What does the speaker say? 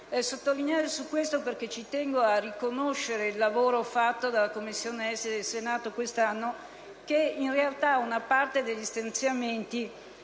sottolineare, perché ci tengo a riconoscere il lavoro fatto dalla Commissione esteri del Senato quest'anno, che in realtà una parte degli stanziamenti